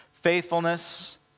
faithfulness